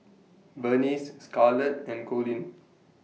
Bernice Scarlet and Colin